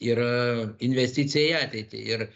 yra investicija į ateitį ir